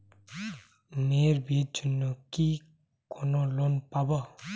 মেয়ের বিয়ের জন্য কি কোন লোন পাব?